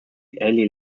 eli